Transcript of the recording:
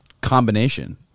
Combination